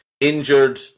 Injured